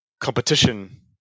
competition